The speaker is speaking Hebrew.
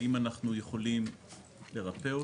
האם אנחנו יכולים לרפא אותו,